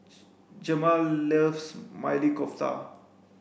Jemal loves Maili Kofta